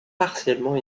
partiellement